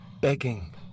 begging